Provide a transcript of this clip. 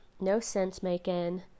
no-sense-making